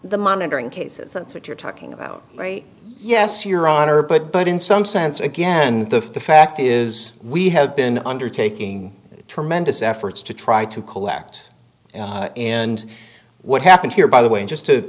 the monitoring cases that's what you're talking about right yes your honor but but in some sense again the fact is we have been undertaking tremendous efforts to try to collect and what happened here by the way just to